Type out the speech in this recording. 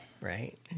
right